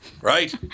Right